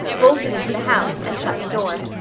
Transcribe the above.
bolted into the house, and shut the door.